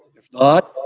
if not,